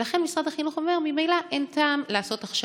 ולכן משרד החינוך אומר שממילא אין טעם לעשות הכשרות.